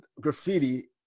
graffiti